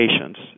patients